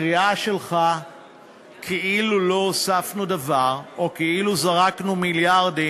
הקריאה שלך כאילו לא הוספנו דבר או כאילו זרקנו מיליארדים,